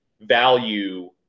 value